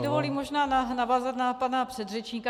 Dovolím si možná navázat na pana předřečníka.